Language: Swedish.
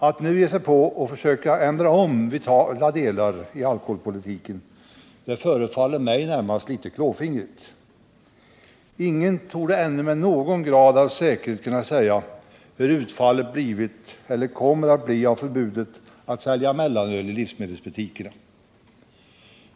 Alt nu ge sig på att försöka ändra om vitala delar i alkoholpolitiken förefaller mig närmast vara litet klåfingrigt. Ingen torde ännu med någon grad av säkerhet kunna säga hur utfallet blivit eller kommer att bli av förbudet att sälja mellanöl i livsmedelsbutikerna.